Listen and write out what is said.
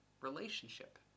relationship